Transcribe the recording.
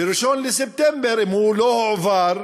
ב-1 בספטמבר, אם הוא לא הועבר,